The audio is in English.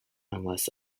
unless